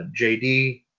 JD